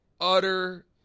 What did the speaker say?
utter